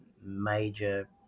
major